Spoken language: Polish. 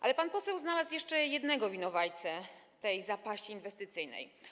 Ale pan poseł znalazł jeszcze jednego winowajcę tej zapaści inwestycyjnej.